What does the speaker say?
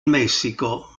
messico